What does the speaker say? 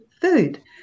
food